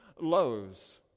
lows